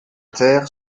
terre